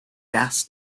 gas